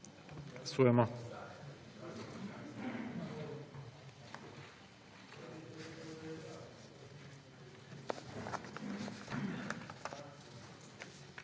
Hvala